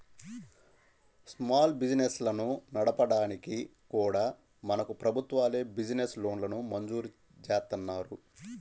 small బిజినెస్లను నడపడానికి కూడా మనకు ప్రభుత్వాలే బిజినెస్ లోన్లను మంజూరు జేత్తన్నాయి